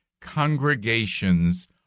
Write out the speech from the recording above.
congregations